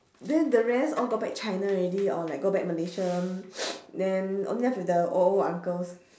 then the rest all go back china already or like go back malaysian then only left with the old old uncles